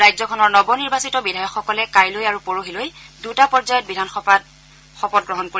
ৰাজ্যখনৰ নৱ নিৰ্বাচিত বিধায়কসকলে কাইলৈ আৰু পৰহিলৈ দুটা পৰ্যায়ত বিধানসভাত শপতগ্ৰহণ কৰিব